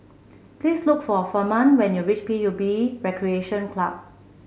please look for Furman when you reach P U B Recreation Club